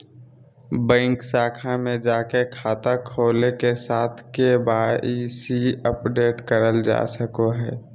bank शाखा में जाके खाता खोले के साथ के.वाई.सी अपडेट करल जा सको हय